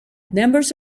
members